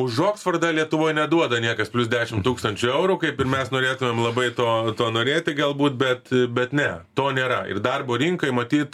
už oksfordą lietuvoj neduoda niekas plius dešim tūkstančių eurų kaip ir mes norėtumėm labai to to norėti galbūt bet bet ne to nėra ir darbo rinkai matyt